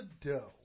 dough